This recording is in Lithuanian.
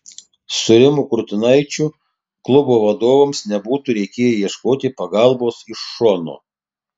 su rimu kurtinaičiu klubo vadovams nebūtų reikėję ieškoti pagalbos iš šono